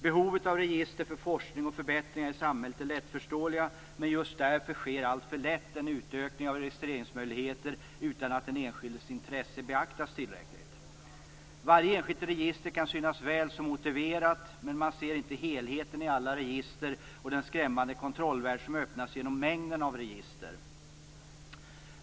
Behovet av register för forskning och förbättringar i samhället är lättförståeligt, men just därför sker alltför lätt en utökning av registrereingsmöjligheter utan att den enskildes intresse beaktas tillräckligt. Varje enskilt register kan synas väl så motiverat, men man ser inte helheten i alla register och den skrämmande kontrollvärld som öppnas genom mängden av register.